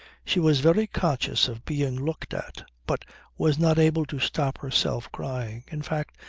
she was very conscious of being looked at, but was not able to stop herself crying. in fact,